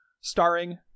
starring